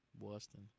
Boston